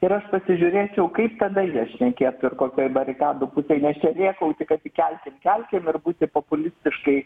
ir aš pasižiūrėčiau kaip tada jie šnekėtų ir kokioj barikadų pusėj nes čia rėkauti kad kelkim kelkim ir būti populistiškai